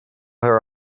her